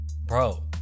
Bro